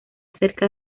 cerca